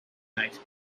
night